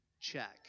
check